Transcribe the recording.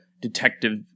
detective